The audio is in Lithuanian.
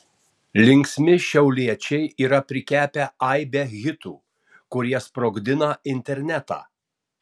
linksmi šiauliečiai yra prikepę aibę hitų kurie sprogdina internetą